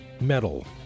metal